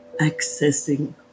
accessing